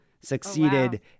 succeeded